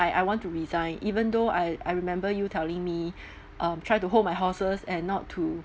I want to resign even though I I remember you telling me um try to hold my horses and not to